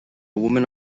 woman